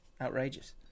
Outrageous